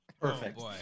perfect